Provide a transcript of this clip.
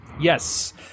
Yes